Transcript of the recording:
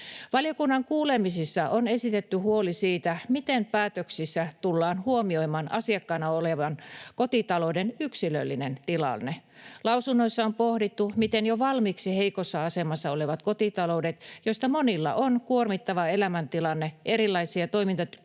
Valiokunnan kuulemisissa on esitetty huoli siitä, miten päätöksissä tullaan huomioimaan asiakkaana olevan kotitalouden yksilöllinen tilanne. Lausunnoissa on pohdittu, miten jo valmiiksi heikossa asemassa olevat kotitaloudet, joista monilla on kuormittava elämäntilanne, erilaisia toimintakykyä